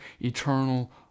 eternal